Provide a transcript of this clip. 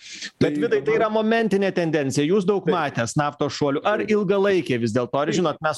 bet vidai tai yra momentinė momentinė tendencija jūs daug matęs naftos šuolių ar ilgalaikė vis dėlto at žinot mes